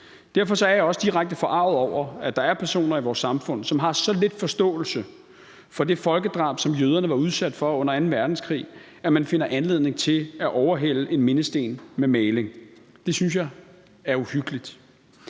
Derfor er jeg også direkte forarget over, at der er personer i vores samfund, som har så lidt forståelse for det folkedrab, som jøderne var udsat for under anden verdenskrig, at man finder anledning til at overhælde en mindesten med maling. Det synes jeg er uhyggeligt.